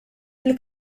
fil